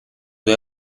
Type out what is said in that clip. due